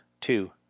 two